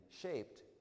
shaped